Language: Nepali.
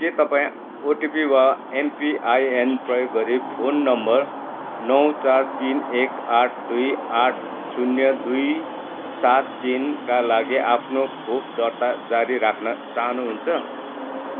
के तपाईँँ ओटिपी वा एमपिआइएन प्रयोग गरी फोन नम्बर नौ चार तिन एक आठ दुई आठ शून्य दुई सात तिनका लागि आफ्नो खोप दर्ता जारी राख्न चाहनुहुन्छ